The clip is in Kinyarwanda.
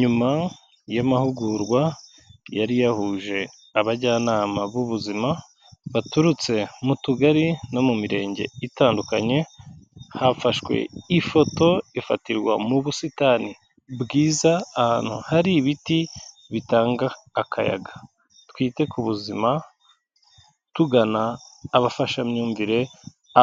Nyuma y'amahugurwa yari yahuje abajyanama b'ubuzima, baturutse mu tugari no mu mirenge itandukanye, hafashwe ifoto ifatirwa mu busitani bwiza, ahantu hari ibiti bitanga akayaga. Twite ku buzima, tugana abafashamyumvire,